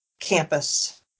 campus